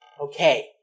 okay